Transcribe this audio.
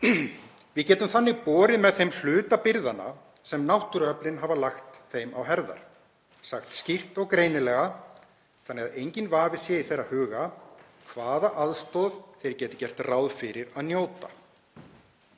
Við getum þannig borið með þeim hluta byrðanna sem náttúruöflin hafa lagt þeim á herðar, sagt skýrt og greinilega þannig að enginn vafi sé í þeirra huga hvaða aðstoð þeir geti gert ráð fyrir að njóta.